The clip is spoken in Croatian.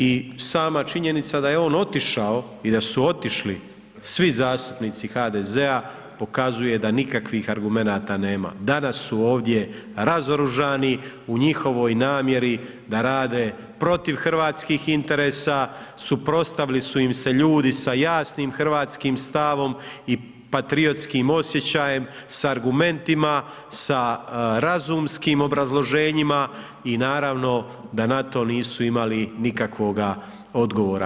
I sama činjenica da je on otišao i da su otišli svi zastupnici HDZ-a pokazuje da nikakvih argumenata nema, danas su ovdje razoružani u njihovoj namjeri da rade protiv hrvatskih interesa, suprotstavili su im se ljudi sa jasnim hrvatskim stavom i patriotskim osjećajem, s argumentima, sa razumskim obrazloženjima i naravno da na to nisu imali nikakvoga odgovora.